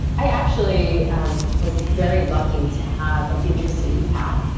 i actually ah was very lucky to have an interesting path.